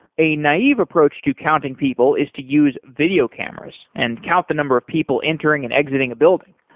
a naive approach to counting people is to use video cameras and count the number of people entering and exiting a building.